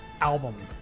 album